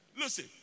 Listen